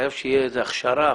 חייבת שתהיה איזו הכשרה,